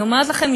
אני אומרת לכם,